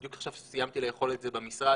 בדיוק חשבתי כשסיימתי לאכול את זה במשרד,